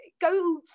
go